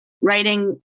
writing